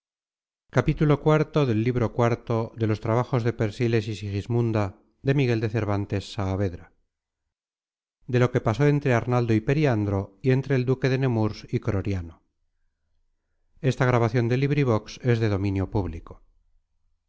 de lo que pasó entre arnaldo y periandro y entre el duque de nemurs y croriano